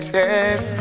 yes